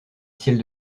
ciel